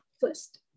first